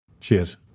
Cheers